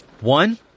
One